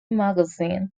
magazine